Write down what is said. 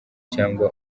cyangwa